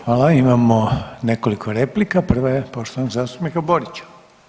Hvala, imamo nekoliko replika prva je poštovanog zastupnika Borića.